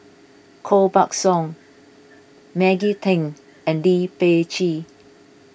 Koh Buck Song Maggie Teng and Lee Peh Gee